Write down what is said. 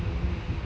oh